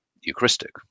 Eucharistic